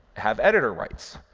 have editor rights.